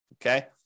Okay